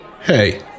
Hey